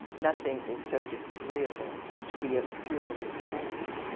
nothing is so disagreeable as to be obscurely hanged,